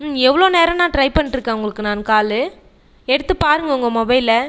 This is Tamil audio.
எவ்வளோ நேரண்ணா ட்ரை பண்ணிட்டுருக்கேன் உங்களுக்கு நான் கால் எடுத்துப் பாருங்கள் உங்கள் மொபைலை